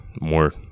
more